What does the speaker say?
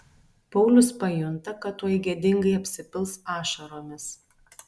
paulius pajunta kad tuoj gėdingai apsipils ašaromis